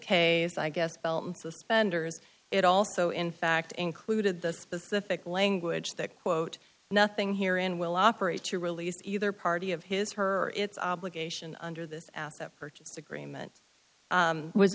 case i guess belt and suspenders it also in fact included the specific language that quote nothing here and will operate to release either party of his her its obligation under this asset purchase agreement